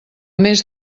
més